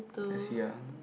I see ah